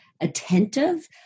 attentive